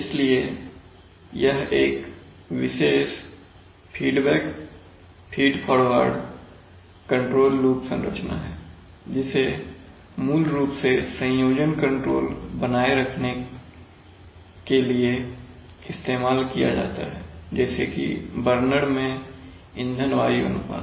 इसलिए यह एक विशेष फीडबैक फीडफॉरवर्ड कंट्रोल लूप संरचना है जिसे मूल रूप से संयोजन कंट्रोल बनाए रखने के लिए इस्तेमाल किया जाता है जैसे कि बर्नर मैं ईंधन वायु अनुपात